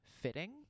fitting